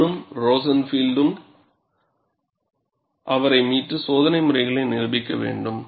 ஹானும் ரோசன்ஃபீல்டும் அவரை மீட்டு சோதனை முறைகளை நிரூபிக்க வேண்டும்